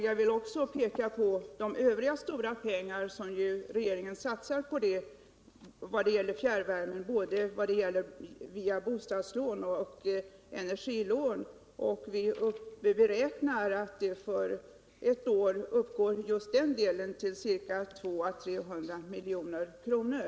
Jag vill också peka på de övriga stora pengar som regeringen satsar på fjärrvärme både via bostadslån och via energilån. Vi beräknar att den delen för ett år uppgår till 200 å 300 milj.kr.